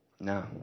No